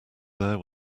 there